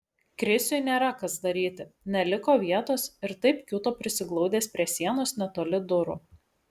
krisiui nėra kas daryti neliko vietos ir taip kiūto prisiglaudęs prie sienos netoli durų